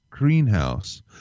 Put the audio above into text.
greenhouse